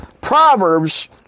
Proverbs